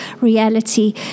reality